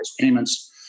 payments